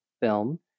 film